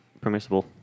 permissible